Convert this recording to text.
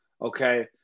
Okay